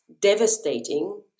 devastating